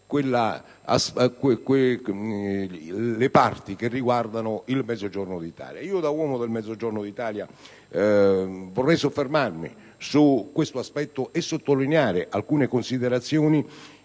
da assumere per il Mezzogiorno d'Italia. Da uomo del Mezzogiorno d'Italia, vorrei soffermarmi su questo aspetto e sottolineare alcune considerazioni